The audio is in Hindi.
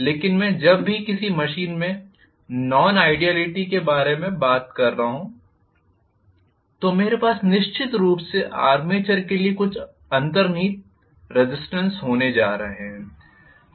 लेकिन मैं जब भी किसी मशीन में नॉन आइडेयलिटी के बारे में बात कर रहा हूं तो मेरे पास निश्चित रूप से आर्मेचर के लिए कुछ अंतर्निहित ज़िस्टेन्स होने जा रहा है